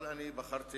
אבל אני בחרתי